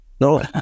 No